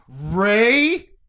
Ray